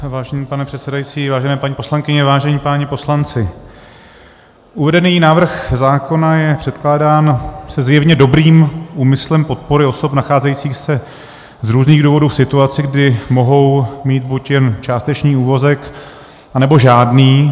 Vážený pane předsedající, vážené paní poslankyně, vážení páni poslanci, uvedený návrh zákona je předkládán se zjevně dobrým úmyslem podpory osob nacházejících se z různých důvodů v situaci, kdy mohou mít buď jen částečný úvazek, anebo žádný.